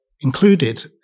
included